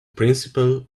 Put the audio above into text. principle